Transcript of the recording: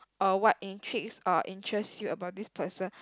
or what intrigues or interests you about this person